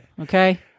Okay